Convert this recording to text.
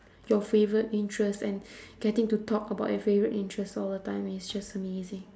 your favourite interests and getting to talk about your favourite interest all the time is just amazing